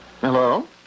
Hello